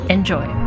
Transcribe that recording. Enjoy